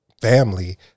family